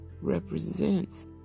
represents